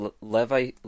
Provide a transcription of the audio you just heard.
levi